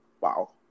Wow